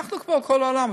אנחנו כמו כל העולם.